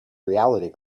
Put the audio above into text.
reality